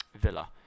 Villa